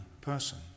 person